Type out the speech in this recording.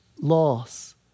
Loss